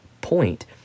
point